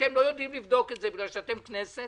אתם לא יודעים לבדוק את זה בגלל שאתם כנסת